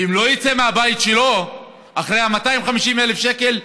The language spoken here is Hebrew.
ואם הוא לא יצא מהבית שלו אחרי 250,000 שקל,